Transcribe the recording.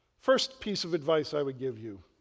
first piece of advice i would give you